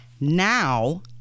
Now